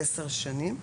עשר שנים,